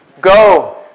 Go